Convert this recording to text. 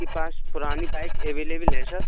आपके पास पुरानी बाइक एवेलेबल है सर